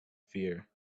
fear